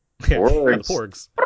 Porgs